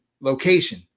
location